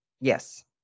yes